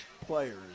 players